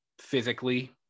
physically